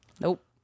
Nope